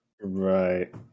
right